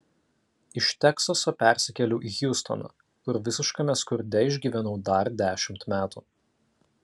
iš teksaso persikėliau į hjustoną kur visiškame skurde išgyvenau dar dešimt metų